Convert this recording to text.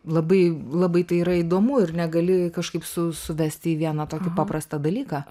labai labai tai yra įdomu ir negali kažkaip su suvesti į vieną tokį paprastą dalyką